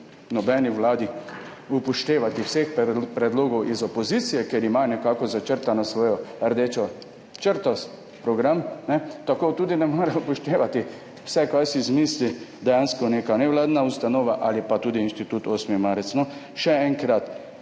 nobeni vladi upoštevati vseh predlogov iz opozicije, ker ima nekako začrtano svojo rdečo črto, program, tako tudi ne more upoštevati vsega, kar si dejansko izmisli neka nevladna ustanova ali pa tudi Inštitut 8. marec. Še enkrat,